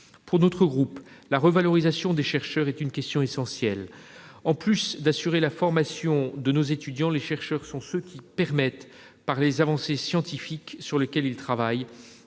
Union Centriste, la revalorisation des chercheurs est une question essentielle. En plus d'assurer la formation de nos étudiants, les chercheurs sont ceux qui permettent, par les avancées scientifiques sur lesquelles ils travaillent,